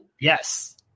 Yes